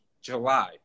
July